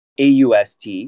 AUST